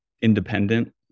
independent